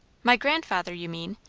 my grandfather, you mean?